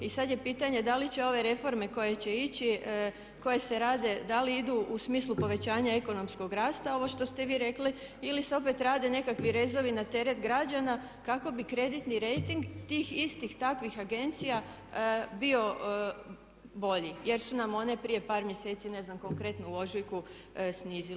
I sada je pitanje da li će ove reforme koje će ići, koje se rade da li idu u smislu povećanja ekonomskog rasta ovo što ste vi rekli ili se opet rade nekakvi rezovi na teret građana kako bi kreditni rejting tih istih takvih agencija bio bolji jer su nam one prije par mjeseci ne znam konkretno u ožujku snizili.